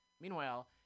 Meanwhile